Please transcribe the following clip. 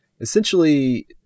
essentially